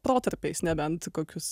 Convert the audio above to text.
protarpiais nebent kokius